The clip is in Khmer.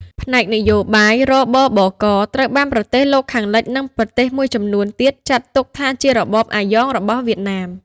ផ្នែកនយោបាយ: រ.ប.ប.ក. ត្រូវបានប្រទេសលោកខាងលិច និងប្រទេសមួយចំនួនទៀតចាត់ទុកថាជារបបអាយ៉ងរបស់វៀតណាម ។